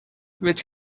which